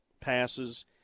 passes